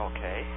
Okay